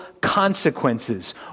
consequences